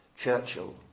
Churchill